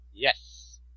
yes